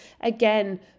again